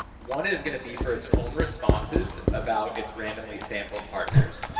one is going to be for its own responses about its randomly sampled partners,